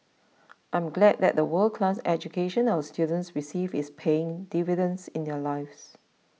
I am glad that the world class education our students receive is paying dividends in their lives